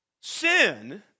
Sin